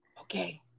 Okay